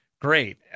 great